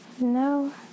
No